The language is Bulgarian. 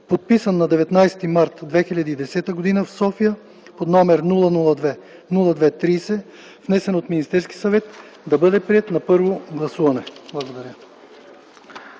подписан на 19 март 2010 г. в София, № 002-02-30, внесен от Министерски съвет, да бъде приет на първо гласуване”. Благодаря.